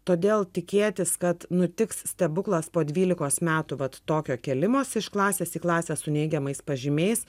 todėl tikėtis kad nutiks stebuklas po dvylikos metų vat tokio kėlimosi iš klasės į klasę su neigiamais pažymiais